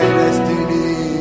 destiny